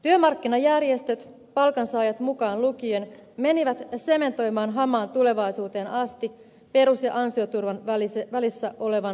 työmarkkinajärjestöt palkansaajat mukaan lukien menivät sementoimaan hamaan tulevaisuuteen asti perus ja ansioturvan välissä olevan sidoksen